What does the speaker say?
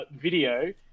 video